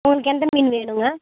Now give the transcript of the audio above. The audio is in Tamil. உங்களுக்கு எந்த மீன் வேணும்ங்க